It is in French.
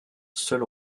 seul